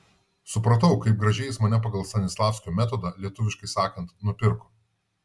supratau kaip gražiai jis mane pagal stanislavskio metodą lietuviškai sakant nupirko